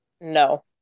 No